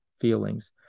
feelings